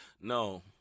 No